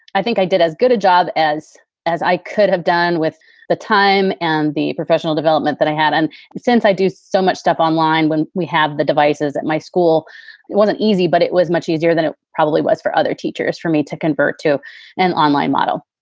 i think i did as good a job as as i could have done with the time and the professional development that i had. and since i do so much stuff online, when we have the devices at my school, it wasn't easy, but it was much easier than it probably was for other teachers for me to convert to an online model.